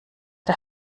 der